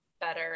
better